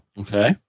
Okay